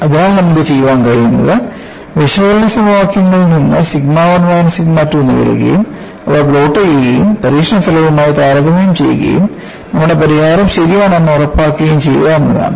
അതിനാൽ നമുക്കു ചെയ്യാൻ കഴിയുന്നത് വിശകലന സമവാക്യത്തിൽ നിന്ന് സിഗ്മ 1 മൈനസ് സിഗ്മ 2 നേടുകയും അവ പ്ലോട്ട് ചെയ്യുകയും പരീക്ഷണ ഫലവുമായി താരതമ്യം ചെയ്യുകയും നമ്മുടെ പരിഹാരം ശരിയാണോ എന്ന് ഉറപ്പാക്കുകയും ചെയ്യുക എന്നതാണ്